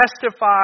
testify